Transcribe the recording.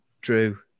drew